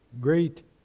great